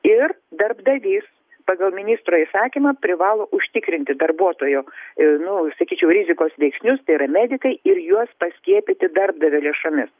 ir darbdavys pagal ministro įsakymą privalo užtikrinti darbuotojo nu sakyčiau rizikos veiksnius tai yra medikai ir juos paskiepyti darbdavio lėšomis